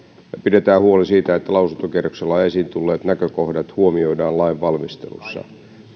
pidetään huoli siitä että lausuntokierroksella esiin tulleet näkökohdat huomioidaan lainvalmistelussa